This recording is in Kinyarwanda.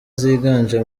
ziganje